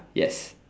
yes